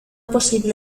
posible